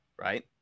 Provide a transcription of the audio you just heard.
Right